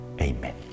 Amen